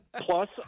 Plus